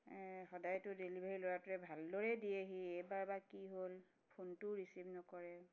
সদায়তো ডেলিভাৰী ল'ৰাটোৱে ভালদৰে দিয়েহি এইবাৰ বা কি হ'ল ফোনটোও ৰিচিভ নকৰে